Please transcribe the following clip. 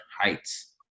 heights